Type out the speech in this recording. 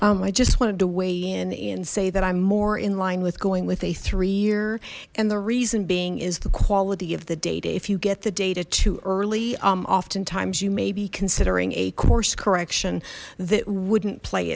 abel i just wanted to weigh in and say that i'm more in line with going with a three year and the reason being is the quality of the data if you get the data too early oftentimes you may be considering a course correction that wouldn't play